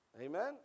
Amen